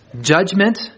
judgment